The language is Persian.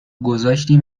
گذاشتی